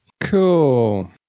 Cool